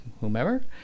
whomever